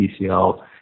PCL